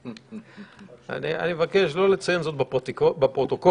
אני מבקשת להקריא אותו לפרוטוקול.